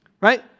right